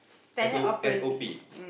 S_O S_O_P